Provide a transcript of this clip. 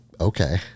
okay